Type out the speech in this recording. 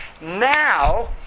Now